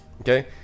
okay